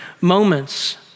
moments